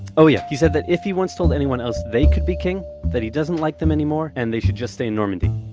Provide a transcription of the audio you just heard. oh yeah. he said that if he once told anyone else they could be king, that he doesn't like them anymore, and they should just stay in normandy.